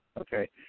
Okay